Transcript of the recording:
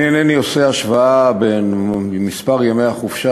אני אינני עושה השוואה בין מספר ימי החופשה